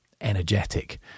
energetic